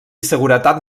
seguretat